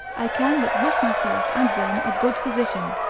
i can but wish myself and them a good physician,